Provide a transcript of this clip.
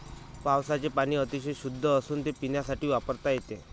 पावसाचे पाणी अतिशय शुद्ध असून ते पिण्यासाठी वापरता येते